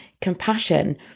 compassion